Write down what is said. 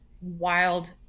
wild